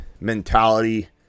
mentality